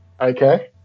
Okay